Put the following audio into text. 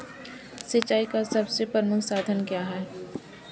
सिंचाई का सबसे प्रमुख साधन क्या है?